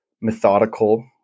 methodical